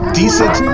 decent